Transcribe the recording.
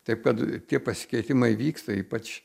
taip kad tie pasikeitimai vyksta ypač